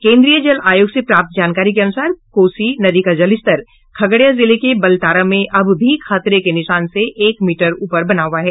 केन्द्रीय जल आयोग से प्राप्त जानकारी के अनुसार कोसी नदी का जलस्तर खगड़िया जिले के बलतारा में अब भी खतरे के निशान से एक मीटर ऊपर बना हुआ है